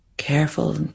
Careful